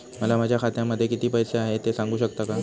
मला माझ्या खात्यामध्ये किती पैसे आहेत ते सांगू शकता का?